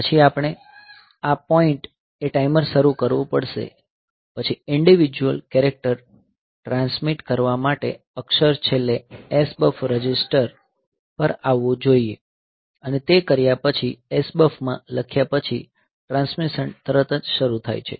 પછી આપણે આ પોઈન્ટ એ ટાઈમર શરૂ કરવું પડશે પછી ઈંડિવિડ્યુઅલ કેરેક્ટર ટ્રાન્સમિટ કરવા માટે અક્ષર છેલ્લે SBUF રજિસ્ટર પર આવવું જોઈએ અને તે કર્યા પછી SBUF માં લખ્યા પછી ટ્રાન્સમિશન તરત જ શરૂ થાય છે